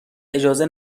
اجازه